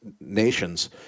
nations